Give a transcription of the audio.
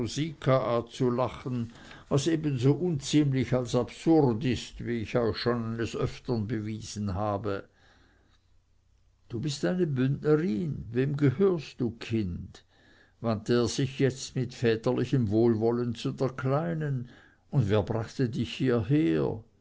zu lachen was ebenso unziemlich als absurd ist wie ich euch schon eines öftern bewiesen habe du bist eine bündnerin wem gehörst du kind wandte er sich jetzt mit väterlichem wohlwollen zu der kleinen und wer brachte dich hierher